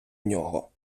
нього